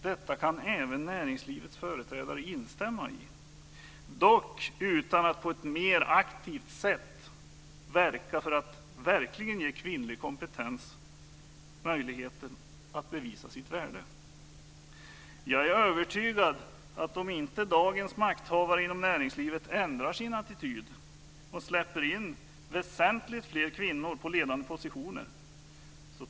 Detta kan även näringslivets företrädare instämma i, dock utan att på ett mer aktivt sätt verka för att verkligen ge kvinnor med kompetens möjligheten att bevisa sitt värde. Jag är övertygad om att företagen tappar konkurrenskraft om inte dagens makthavare inom näringslivet ändrar sin attityd och släpper in väsentligt fler kvinnor på ledande positioner.